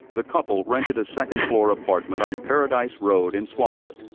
the couple rented a second-floor apartment on paradise road in swampscott,